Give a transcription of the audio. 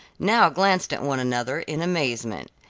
now glanced at one another in amazement.